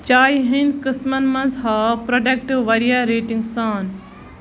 چایہِ ہٕنٛدۍ قٕسٕمن مَنٛز ہاو پروڈکٹ واریاہ ریٹنٛگن سان